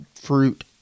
fruit